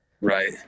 right